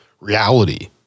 reality